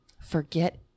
forget